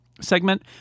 segment